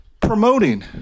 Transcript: promoting